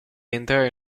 entrare